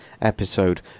episode